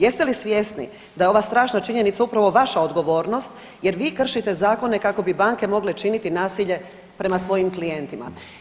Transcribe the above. Jeste li svjesni da je ova strašna činjenica upravo vaša odgovornost jer vi kršite zakone kako bi banke mogle činiti nasilje prema svojim klijentima.